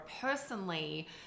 personally